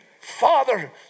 Father